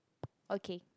okay